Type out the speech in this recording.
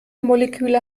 moleküle